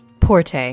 Porte